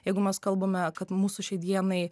jeigu mes kalbame kad mūsų šiai dienai